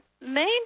main